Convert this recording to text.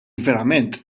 verament